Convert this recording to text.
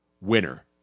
winner